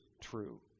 true